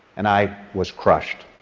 and i was crushed.